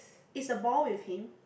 is the ball with him